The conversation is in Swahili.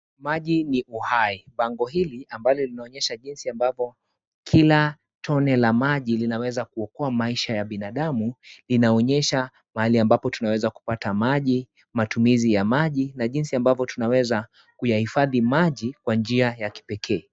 Maji ni uhai, bango hili ambalo linaonyesha jinsi ambapo kila tone la maji linaweza kuokoa maisha ya binadamu. Inaonyesha mahali ambapo tunaweza kupata maji, matumizi ya maji, na jinsi ambapo tunaweza kuyahifadhi maji kwa njia ya kipeke.